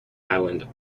island